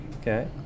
Okay